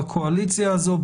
בקואליציה הזו,